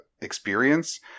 experience